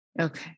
Okay